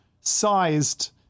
sized